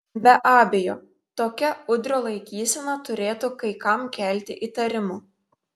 be abejo tokia udrio laikysena turėtų kai kam kelti įtarimų